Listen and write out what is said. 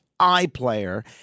iPlayer